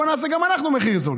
בואו נעשה גם אנחנו מחיר זול,